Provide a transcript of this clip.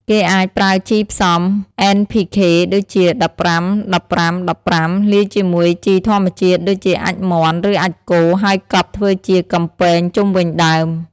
គេអាចប្រើជីផ្សំ NPK ដូចជា ១៥-១៥-១៥ លាយជាមួយជីធម្មជាតិដូចជាអាចម៍មាន់ ឬអាចម៍គោ ហើយកប់ធ្វើជាកំពែងជុំវិញដើម។